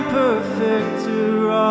perfecter